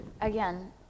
again